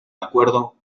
acuerdo